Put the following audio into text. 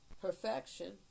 perfection